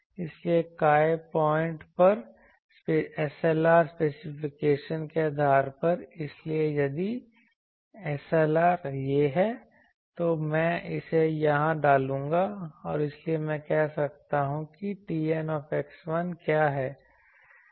इसलिए कार्य पॉइंट पर SLR स्पेसिफिकेशन के आधार पर इसलिए यदि SLR यह है तो मैं इसे यहां डालूंगा और इसलिए मैं कह सकता हूं कि TN क्या है